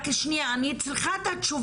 אני צריכה לקבל את התשובה